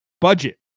budget